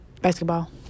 Basketball